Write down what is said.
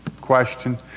Question